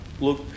look